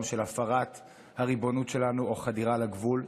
של הפרת הריבונות שלנו או חדירה לגבול.